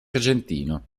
argentino